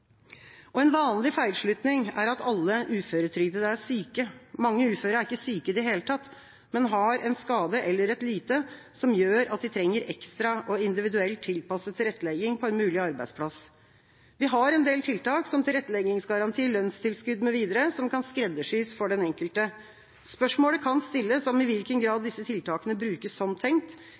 En vanlig feilslutning er at alle uføretrygdede er syke. Mange uføre er ikke syke i det hele tatt, men har en skade eller et lyte som gjør at de trenger ekstra og individuelt tilpasset tilrettelegging på en mulig arbeidsplass. Vi har en del tiltak, som tilretteleggingsgaranti, lønnstilskudd mv., som kan skreddersys for den enkelte. Spørsmål kan stilles om i hvilken grad disse tiltakene brukes som tenkt,